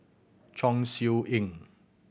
Chong Siew Ying